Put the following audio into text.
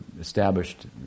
established